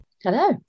Hello